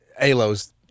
ALO's